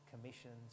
commissions